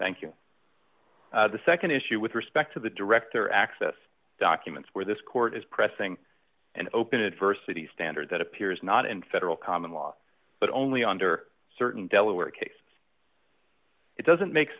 thank you the nd issue with respect to the director access documents where this court is pressing an open adversity standard that appears not in federal common law but only under certain delaware case it doesn't make